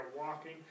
walking